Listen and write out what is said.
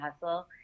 hustle